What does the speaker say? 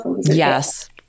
Yes